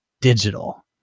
digital